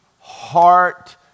heart